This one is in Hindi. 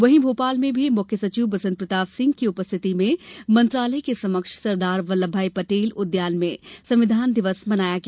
वहीं भोपाल में भी मुख्य सचिव बसंत प्रताप सिंह के उपस्थिति में मंत्रालय के समक्ष सरदार वल्लभ भाई पटेल उद्यान में संविधान दिवस मनाया गया